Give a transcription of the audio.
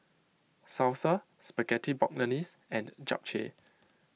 Salsa Spaghetti Bolognese and Japchae